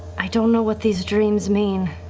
i don't know what these dreams mean.